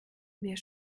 wer